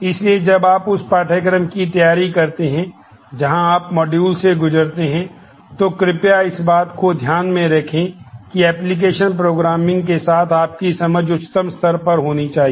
इसलिए जब आप उस पाठ्यक्रम की तैयारी करते हैं जहां आप मॉड्यूल के साथ आपकी समझ उच्चतम स्तर पर होनी चाहिए